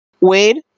Wade